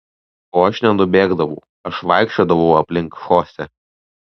o aš nenubėgdavau aš vaikščiodavau aplink chosė